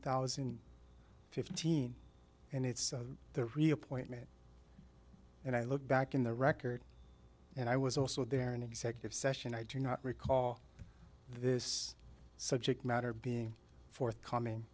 thousand and fifteen and it's the reappointment and i look back in the record and i was also there in executive session i do not recall this subject matter being forthcoming